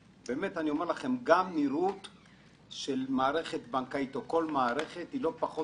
של המערכת הבנקאית או כל מערכת לא פחות